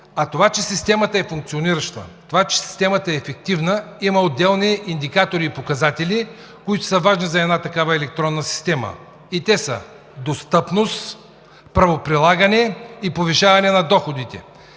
Затова, че системата е функционираща, това че системата е ефективна, има отделни индикатори и показатели, които са важни за една такава електронна система, а те са: достъпност, правоприлагане и повишаване на доходите.